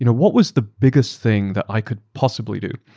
you know what was the biggest thing that i could possibly do?